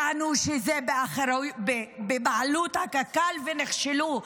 טענו שזה בבעלות קק"ל ונכשלו.